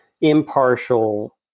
impartial